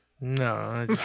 No